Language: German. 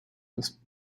das